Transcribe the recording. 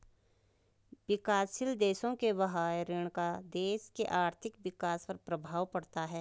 विकासशील देशों के बाह्य ऋण का देश के आर्थिक विकास पर प्रभाव पड़ता है